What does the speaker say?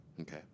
okay